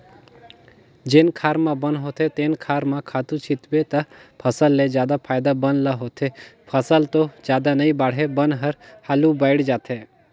जेन खार म बन होथे तेन खार म खातू छितबे त फसल ले जादा फायदा बन ल होथे, फसल तो जादा नइ बाड़हे बन हर हालु बायड़ जाथे